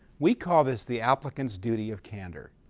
we call this the applicant's duty of candor.